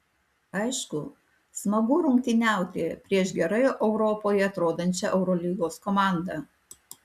aišku smagu rungtyniauti prieš gerai europoje atrodančią eurolygos komandą